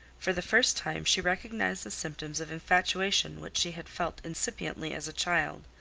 for the first time she recognized the symptoms of infatuation which she had felt incipiently as a child,